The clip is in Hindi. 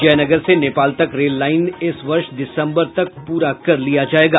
जयनगर से नेपाल तक रेल लाइन इस वर्ष दिसंबर तक पूरा कर लिया जायेगा